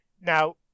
now